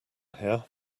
here